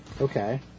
Okay